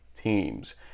teams